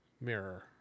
mirror